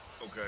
Okay